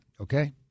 Okay